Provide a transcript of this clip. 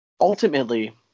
ultimately